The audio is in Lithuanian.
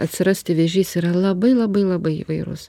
atsirasti vėžys yra labai labai labai įvairus